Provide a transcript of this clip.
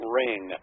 ring